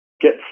get